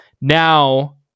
Now